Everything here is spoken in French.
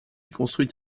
construit